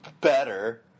better